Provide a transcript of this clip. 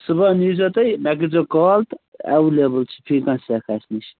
صُبحن یی زٮ۪و تُہۍ مےٚ کٔرۍ زیو کَال تہٕ ایویلیبٕل چھِ سیٚکھ اَسہِ نِش